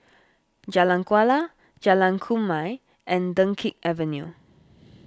Jalan Kuala Jalan Kumia and Dunkirk Avenue